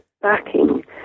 backing